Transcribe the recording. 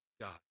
God